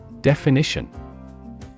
Definition